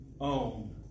own